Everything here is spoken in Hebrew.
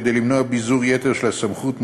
כדי למנוע ביזור יתר של הסמכות,